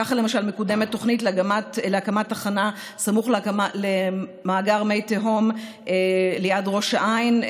ככה למשל מקודמת תוכנית להקמת תחנה סמוך למאגר מי תהום ליד ראש העין,